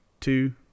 two